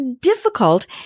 difficult